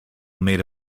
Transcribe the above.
made